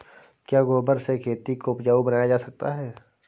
क्या गोबर से खेती को उपजाउ बनाया जा सकता है?